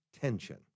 tension